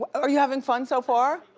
are you having fun so far?